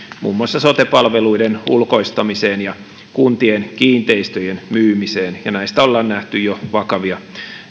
muun muassa sote palveluiden ulkoistamiseen ja kuntien kiinteistöjen myymiseen ja näistä ollaan nähty jo vakavia